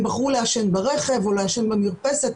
הם בחרו לעשן ברכב או לעשן במרפסת,